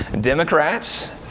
Democrats